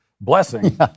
blessing